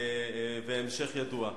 וההמשך ידוע.